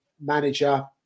manager